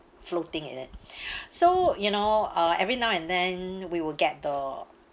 floating in it so you know uh every now and then we will get the